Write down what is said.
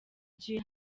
gihe